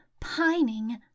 pining